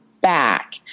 back